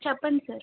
చెప్పండి సార్